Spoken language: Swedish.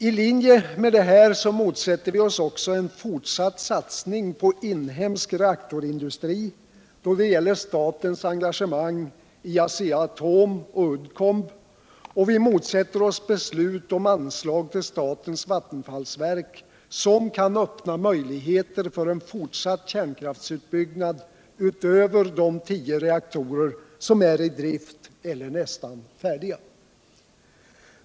I linje med detta motsätter vi oss också en fortsatt satsning på inhemsk reaktorindustri då det gäller statens engagemang i Asca-Atom och Uddcomb, och vi motsätter oss beslut om anslag till statens vattenfallsverk, vilket kan öppna möjligheter för en fortsatt kärnkraftsutbyggnad utöver de 10 reaktorer som är i drift eller nästan färdiga.